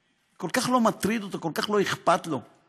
כל כך לא מטריד אותו, כל כך לא אכפת לו.